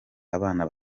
abana